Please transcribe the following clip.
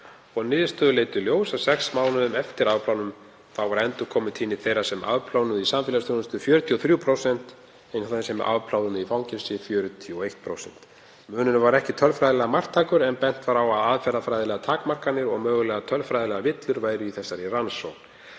Niðurstöður leiddu í ljós að sex mánuðum eftir afplánun var endurkomutíðni þeirra sem afplánuðu með samfélagsþjónustu 43% en þeirra sem afplánuðu í fangelsum í 41%. Munurinn var ekki tölfræðilega marktækur en bent var á að aðferðafræðilegar takmarkanir og mögulega tölfræðilegar villur væru í þessari rannsókn.